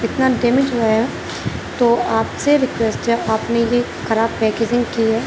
اتنا ڈیمج ہوا ہے تو آپ سے ریکویسٹ ہے آپ نے یہ خراب پیکجنگ کی ہے